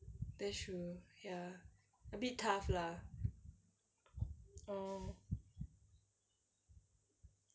that's true ya a bit tough lah oh